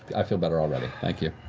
i feel better already, thank you.